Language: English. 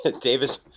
Davis